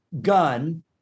gun